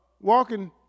walking